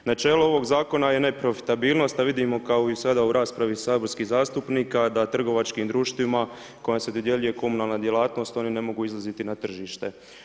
Načelo ovog zakona je neprofitabilnost, a vidimo kao i sada u raspravi saborski zastupnika da trgovačkim društvima kojima se dodjeljuje komunalna djelatnost oni ne mogu izlaziti na tržište.